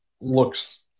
looks